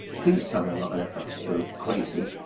please tell me i'm not crazy.